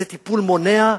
זה טיפול מונע,